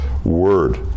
Word